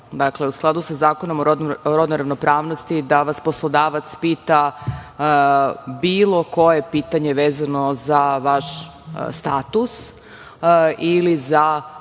dakle, u skladu sa Zakonom o rodnoj ravnopravnosti, da vas poslodavac pita bilo koje pitanje vezano za vaš status ili za